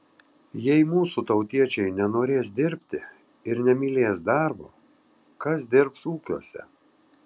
jei mūsų tautiečiai nenorės dirbti ir nemylės darbo kas dirbs ūkiuose